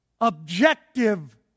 objective